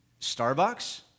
Starbucks